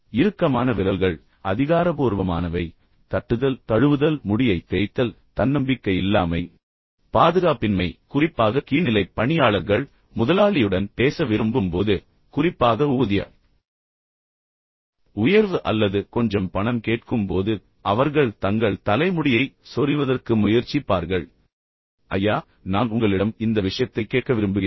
இறுக்கமான விரல்கள் அதிகாரபூர்வமானவை தட்டுதல் தழுவுதல் முடியை தேய்த்தல் தன்னம்பிக்கை இல்லாமை பாதுகாப்பின்மை எனவே குறிப்பாக கீழ்நிலைப் பணியாளர்கள் முதலாளியுடன் பேச விரும்பும் போது குறிப்பாக ஊதிய உயர்வு அல்லது கொஞ்சம் பணம் கேட்கும் போது அவர்கள் தங்கள் தலைமுடியை சொறிவதற்கு முயற்சிப்பார்கள் ஐயா நான் உங்களிடம் இந்த விஷயத்தைக் கேட்க விரும்புகிறேன்